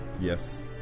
Yes